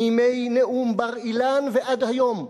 מימי נאום בר-אילן ועד היום,